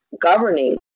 governing